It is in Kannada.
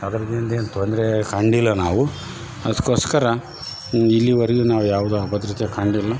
ಅದ್ರಿಂದ ಏನು ತೊಂದರೆ ಕಂಡಿಲ್ಲ ನಾವು ಅದಕ್ಕೋಸ್ಕರ ಇಲ್ಲಿವರೆಗು ನಾವು ಯಾವುದೋ ಹಬ್ಬದ ರೀತ್ಯಾಗೆ ಕಾಣಲಿಲ್ಲ